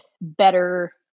better